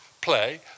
play